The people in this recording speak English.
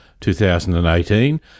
2018